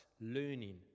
learning